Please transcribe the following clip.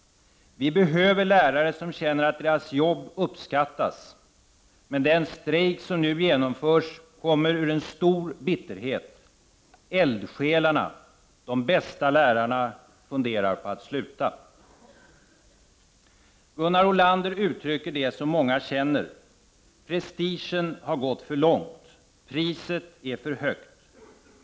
Vi behöver lärare som känner att deras jobb uppskattas. Men den strejk som nu genomförs kommer ur stor bitterhet. Eldsjälarna — de bästa lärarna — funderar på att sluta.” Gunnar Ohrlander uttrycker det som många känner. Prestigen har gått för långt. Priset är för högt.